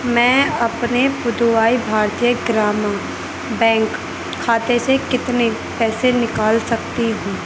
میں اپنے پدووئی بھارتیہ گراما بینک کھاتے سے کتنے پیسے نکال سکتی ہوں